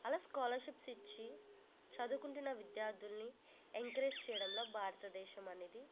అలా స్కాలర్షిప్స్ ఇచ్చి చదువుకుంటున్న విద్యార్థుల్ని ఎంకరేజ్ చేయడంలో భారతదేశం అనేది ఒక